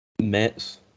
Mets